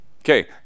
Okay